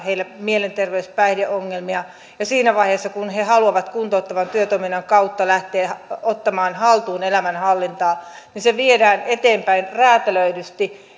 mielenterveys päihdeongelmia ja siinä vaiheessa kun he haluavat kuntouttavan työtoiminnan kautta lähteä ottamaan haltuun elämänhallintaa niin se viedään eteenpäin räätälöidysti